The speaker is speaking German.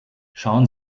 schauen